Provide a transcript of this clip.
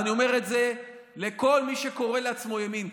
ואני אומר את זה לכל מי שקורא לעצמו ימין,